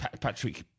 Patrick